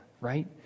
right